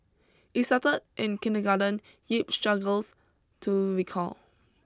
it started in kindergarten Yip struggles to recall